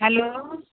hello